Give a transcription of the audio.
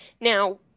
Now